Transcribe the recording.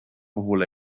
puhul